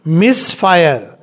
misfire